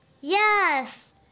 Yes